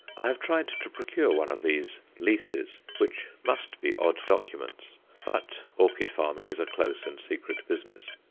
i have tried to procure one of these leases, which must be odd documents but orchid-farming is a close and secret business.